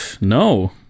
No